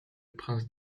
prince